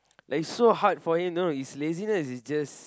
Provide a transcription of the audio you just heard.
like so hard for him you know his laziness is just